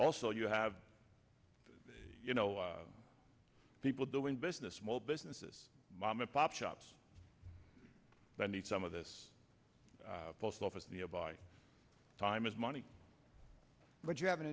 also you have you know people doing business small businesses mom and pop shops that need some of this post office nearby time is money but you have an